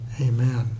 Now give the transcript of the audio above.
Amen